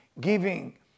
giving